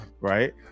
Right